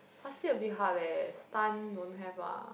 but still a bit hard leh stunt don't have lah